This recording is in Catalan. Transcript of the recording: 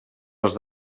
els